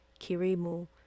Kirimu